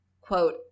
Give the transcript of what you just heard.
quote